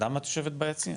למה את יושבת ביציע?